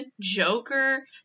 Joker